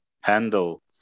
handle